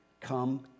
Come